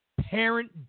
parent